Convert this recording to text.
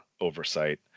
oversight